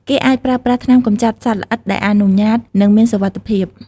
គេអាចប្រើប្រាស់ថ្នាំកម្ចាត់សត្វល្អិតដែលអនុញ្ញាត និងមានសុវត្ថិភាព ។